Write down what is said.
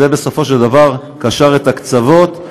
זה בסופו של דבר קשר את הקצוות,